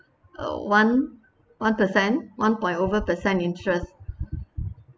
oh one one percent one point over percent interest